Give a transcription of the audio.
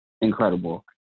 incredible